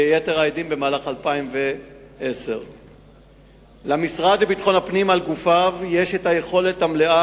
ויתר העדים במהלך 2010. למשרד לביטחון הפנים על גופיו יש היכולת המלאה